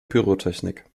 pyrotechnik